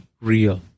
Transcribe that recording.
real